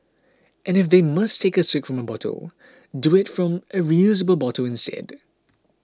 and if they must take a swig from a bottle do it from a reusable bottle instead